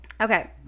Okay